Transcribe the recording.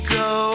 go